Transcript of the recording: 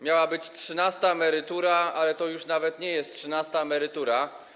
Miała być trzynasta emerytura, ale to już nawet nie jest trzynasta emerytura.